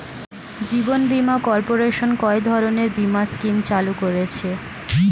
জীবন বীমা কর্পোরেশন কয় ধরনের বীমা স্কিম চালু করেছে?